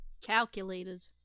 Calculated